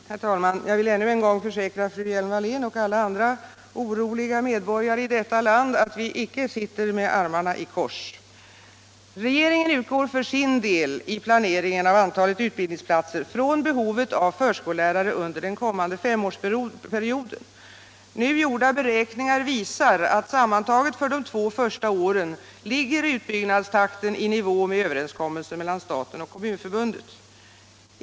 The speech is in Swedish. Herr talman! Jag vill ännu en gång försäkra fru Hjelm-Wallén och alla andra oroliga medborgare i detta land att vi icke sitter med armarna i kors. Regeringen utgår för sin del i planeringen av antalet utbildningsplatser från behovet av förskollärare under den kommande femårsperioden. Nu gjorda beräkningar visar, att sammantaget för de två första åren ligger utbyggnadstakten i nivå med överenskommelsen mellan staten och Kommunförbundet.